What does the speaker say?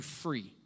free